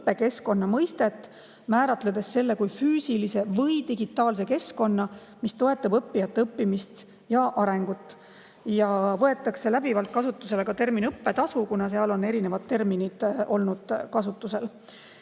õppekeskkonna mõistet, määratledes selle kui füüsilise või digitaalse keskkonna, mis toetab õppijat, õppimist ja arengut. Läbivalt võetakse kasutusele ka termin "õppetasu", kuna seni on olnud kasutusel